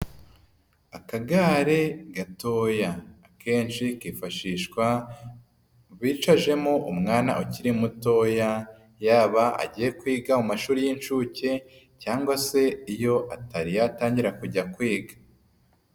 Akagare gatoya, akenshi kifashishwa bicajemo umwana ukiri mutoya, yaba agiye kwiga mu mashuri y'inshuke cyangwa se iyo atari yatangira kujya kwiga.